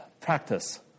practice